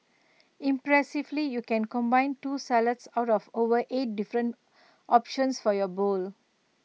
impressively you can combine two salads out of over eight different options for your bowl